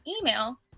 email